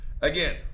Again